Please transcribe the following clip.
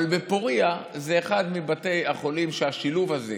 אבל פוריה זה אחד מבתי החולים עם השילוב הזה,